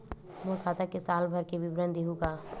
मोर खाता के साल भर के विवरण देहू का?